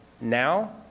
Now